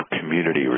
community